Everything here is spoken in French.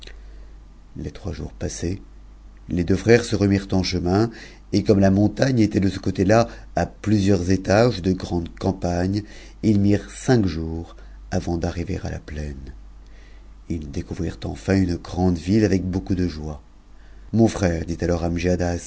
les trois jours passés les deux frères se remirent en chemin et comme la montagne était de ce côte là à plusieurs étages de grandes campagnes ils mirent cinq jours avant d'arriver à la plaine ils découvrirent enfin une grande ville avec beaucoup de joie mon frère dit alors